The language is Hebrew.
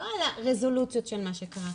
לא על הרזולוציות של מה שקרה,